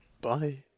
Bye